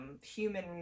human